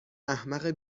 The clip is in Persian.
احمق